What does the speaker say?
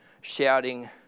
shouting